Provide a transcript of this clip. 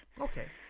Okay